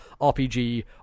RPG